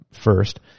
first